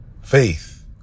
Faith